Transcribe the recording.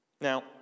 Now